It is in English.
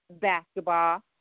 Basketball